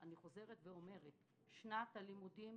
אני חוזרת ואומרת שנת הלימודים